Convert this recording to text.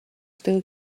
still